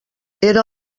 era